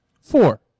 Four